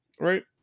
right